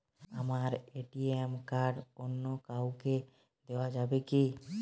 আমার ATM card অন্য কাউকে দেওয়া যাবে কি?